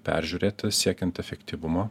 peržiūrėta siekiant efektyvumo